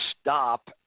stop